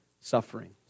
Suffering